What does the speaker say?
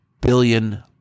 billion